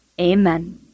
Amen